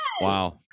Wow